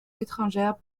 étrangère